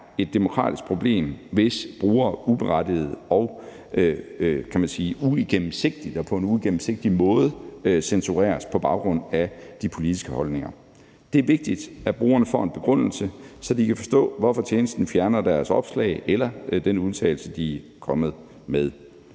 et demokratisk problem, hvis brugere uberettiget og på en uigennemsigtig måde censureres på baggrund af deres politiske holdninger. Det er vigtigt, at brugerne får en begrundelse, så de kan forstå, hvorfor tjenesten fjerner deres opslag eller den udtalelse, de er kommet med.